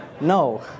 No